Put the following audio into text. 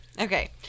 okay